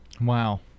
Wow